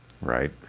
right